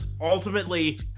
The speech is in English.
ultimately